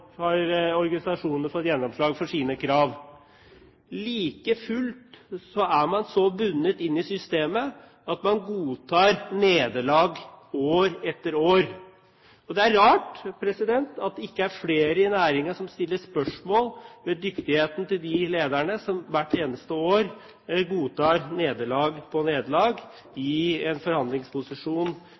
at organisasjonene aldri får gjennomslag for sine krav. Heller ikke i år har de fått gjennomslag for sine krav. Like fullt er man så bundet inn i systemet at man godtar nederlag år etter år. Det er rart at det ikke er flere i næringen som stiller spørsmål ved dyktigheten til de lederne som hvert eneste år godtar nederlag på nederlag i en forhandlingsposisjon